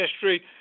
history